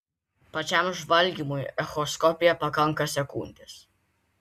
pačiam žvalgymui echoskopija pakanka sekundės